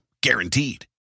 Guaranteed